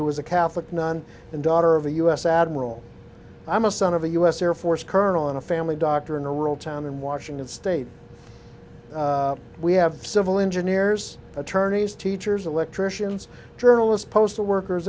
who was a catholic nun and daughter of a u s admiral i'm a son of a u s air force colonel and a family doctor in a rural town in washington state we have civil engineers attorneys teachers electricians journalists postal workers